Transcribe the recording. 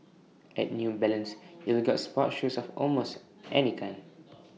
at new balance you will get sports shoes of almost any kind